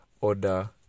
order